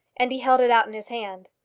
and he held it out in his hand.